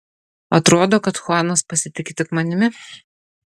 atrodo kad chuanas pasitiki tik manimi